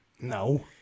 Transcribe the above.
No